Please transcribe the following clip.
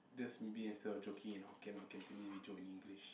that's maybe instead of joking in Hokkien or Cantonese we joke in English